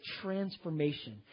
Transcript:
transformation